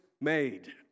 made